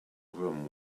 room